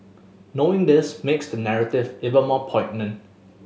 knowing this makes the narrative even more poignant